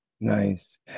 nice